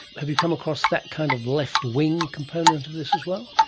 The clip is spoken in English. have you come across that kind of left-wing component of this as well?